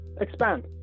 Expand